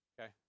okay